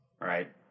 right